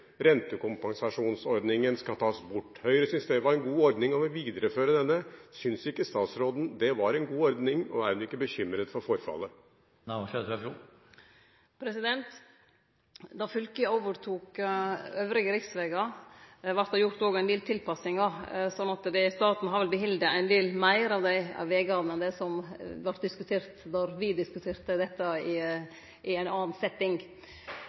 Rentekompensasjonsordningen skal tas bort. Høyre syntes det var en god ordning og vil videreføre denne. Syns ikke statsråden det var en god ordning, og er hun ikke bekymret for forfallet? Då fylket overtok resten av riksvegane, vart det òg gjort ein del tilpassingar, slik at staten har behalde ein del meir av dei vegane enn det som vart nemnt då vi diskuterte dette i ein annan setting.